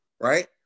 right